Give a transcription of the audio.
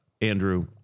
Andrew